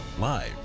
live